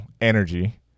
energy